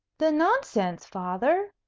the nonsense, father!